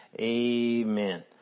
Amen